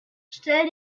stell